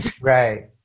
right